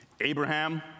Abraham